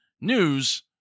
news